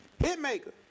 Hitmaker